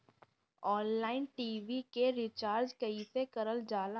Online TV के recharge कईसे करल जाला?